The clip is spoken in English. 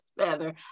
feather